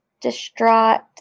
distraught